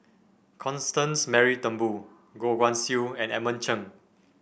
Constance Mary Turnbull Goh Guan Siew and Edmund Cheng